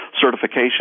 certification